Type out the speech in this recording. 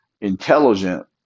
Intelligent